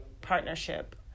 partnership